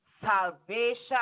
salvation